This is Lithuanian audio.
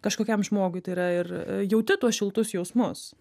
kažkokiam žmogui tai yra ir jauti tuos šiltus jausmus